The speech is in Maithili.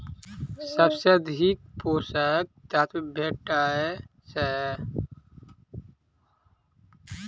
सबसँ अधिक पोसक तत्व भेटय छै?